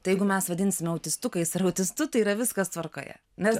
tai jeigu mes vadinsime autistukais ar autistu tai yra viskas tvarkoje nes